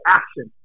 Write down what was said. action